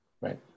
right